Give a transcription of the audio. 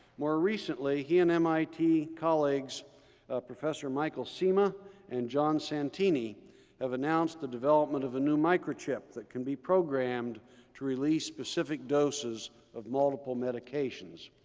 more recently, he and mit colleagues professor michael cima and john santini have announced the development of a new microchip that can be programmed to release specific doses of multiple medications.